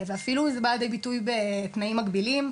ואפילו זה בא לידי ביטוי בתנאים מגבילים,